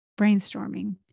brainstorming